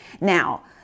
now